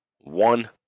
One